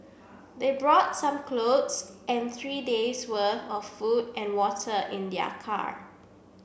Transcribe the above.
they brought some clothes and three days' worth of food and water in their car